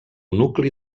nucli